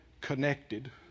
connected